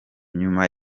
nyuma